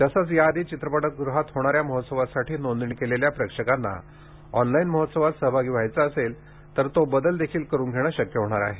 तसेच याआधी चित्रपटगुहात होणाऱ्या महोत्सवासाठी नोंदणी केलेल्या प्रेक्षकांना ऑनलाईन महोत्सवात सहभागी व्हायचे असेल तर तो बदल देखील करून घेणे शक्य होणार आहे